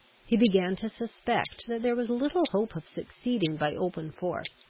he began to suspect that there was little hope of succeeding by open force,